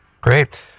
great